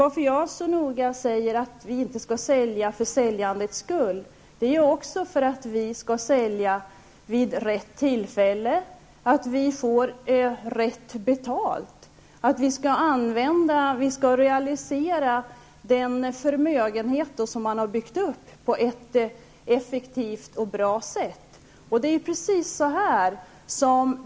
Anledningen till att jag säger att vi inte skall sälja för säljandets skull är också att vi skall sälja vid rätt tillfälle och till rätt pris. Vi skall på ett effektivt och bra sätt realisera den förmögenhet som man har byggt upp.